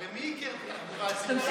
הרי מי ייקר את התחבורה הציבורית,